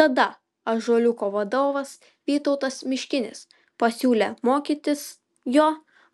tada ąžuoliuko vadovas vytautas miškinis pasiūlė mokytis jo